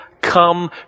come